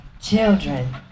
children